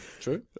True